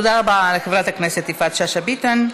תודה רבה, חברת הכנסת יפעת שאשא ביטון.